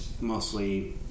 mostly